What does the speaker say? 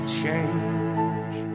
change